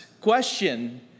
question